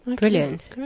brilliant